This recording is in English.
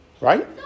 Right